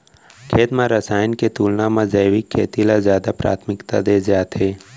खेत मा रसायन के तुलना मा जैविक खेती ला जादा प्राथमिकता दे जाथे